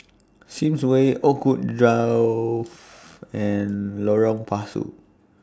Sims Way Oakwood Grove and Lorong Pasu